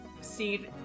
see